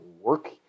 work